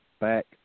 back